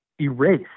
Erase